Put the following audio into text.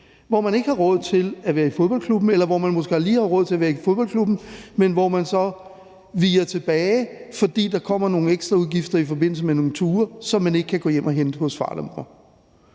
hvor man ikke har råd til at være i fodboldklubben, eller man har måske lige råd til at være i fodboldklubben, men afstår så, fordi der kommer nogle ekstra udgifter i forbindelse med nogle ture, som man ikke kan gå hjem og få dækket hos far eller mor.